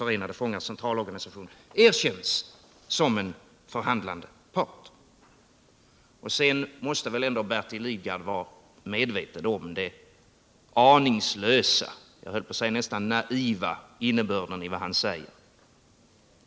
Förenade fångars centralorganisation erkänns som en förhandlande part. Sedan måste väl ändå Bertil Lidgard vara medveten om den aningslösa — jag höll på att säga nästan naiva — innebörden i vad han säger.